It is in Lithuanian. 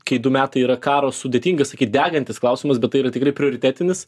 kai du metai yra karo sudėtinga sakyt degantis klausimas bet tai yra tikrai prioritetinis